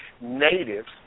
natives